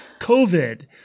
COVID